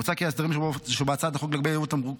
מוצע כי ההסדרים שבהצעת החוק לגבי יבוא תמרוק